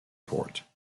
port